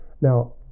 Now